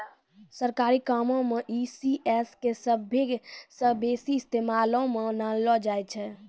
सरकारी कामो मे ई.सी.एस के सभ्भे से बेसी इस्तेमालो मे लानलो जाय छै